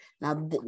Now